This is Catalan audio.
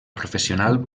professional